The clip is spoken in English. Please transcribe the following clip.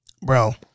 Bro